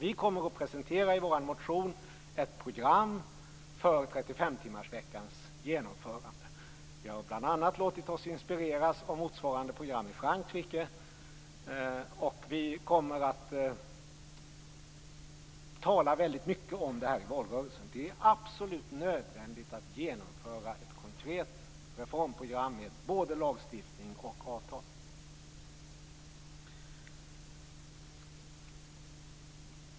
Vi kommer att presentera i vår motion ett program för 35-timmarsveckans genomförande. Vi har låtit oss inspireras av bl.a. motsvarande program i Frankrike, och vi kommer att tala väldigt mycket om detta i valrörelsen. Det är absolut nödvändigt att genomföra ett konkret reformprogram med både lagstiftning och avtal.